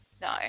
no